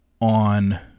on